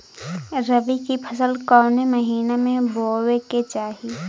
रबी की फसल कौने महिना में बोवे के चाही?